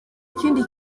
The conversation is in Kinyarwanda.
ikindi